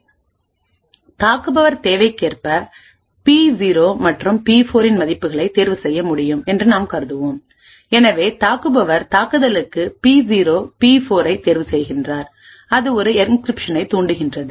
மேலும் தாக்குபவர் தேவைக்கேற்ப பி0 மற்றும் பி4 இன் மதிப்புகளைத் தேர்வுசெய்ய முடியும் என்று நாம் கருதுவோம் எனவே தாக்குபவர் தாக்குதலுக்கு பி0 பி4 ஐத் தேர்வுசெய்கிறார் அது ஒரு என்கிரிப்ஷனை தூண்டுகிறது